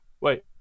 wait